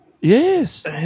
Yes